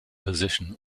position